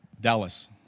Dallas